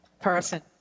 person